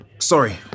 Sorry